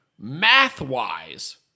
math-wise